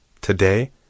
today